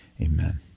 Amen